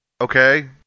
Okay